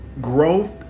Growth